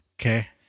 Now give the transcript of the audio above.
Okay